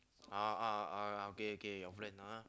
ah ah ah okay K K your friend (uh huh)